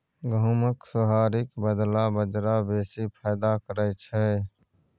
गहुमक सोहारीक बदला बजरा बेसी फायदा करय छै